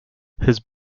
his